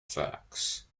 facts